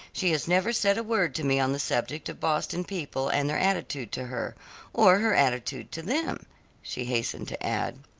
she has never said a word to me on the subject of boston people and their attitude to her or her attitude to them she hastened to add.